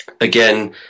again